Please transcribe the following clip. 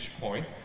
point